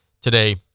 today